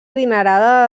adinerada